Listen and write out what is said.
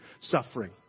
suffering